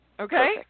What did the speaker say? Okay